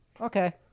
Okay